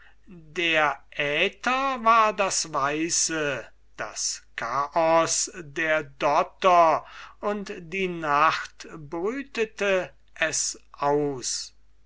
der aether war das weiße das chaos der dotter und die nacht brütete es aus